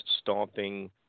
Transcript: stomping